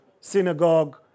synagogue